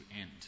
end